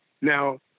Now